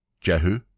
Jehu